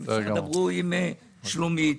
תדברו עם שלומית,